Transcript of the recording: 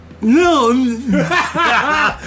No